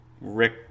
rick